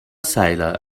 seiler